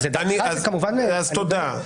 אז תודה,